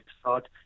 start